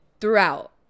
throughout